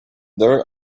their